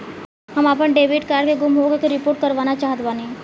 हम आपन debit card के गुम होखे के रिपोर्ट करवाना चाहत बानी